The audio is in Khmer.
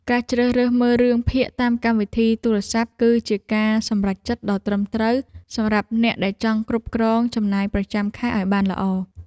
ការជ្រើសរើសមើលរឿងភាគតាមកម្មវិធីទូរស័ព្ទគឺជាការសម្រេចចិត្តដ៏ត្រឹមត្រូវសម្រាប់អ្នកដែលចង់គ្រប់គ្រងចំណាយប្រចាំខែឱ្យបានល្អ។